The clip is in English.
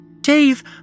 Dave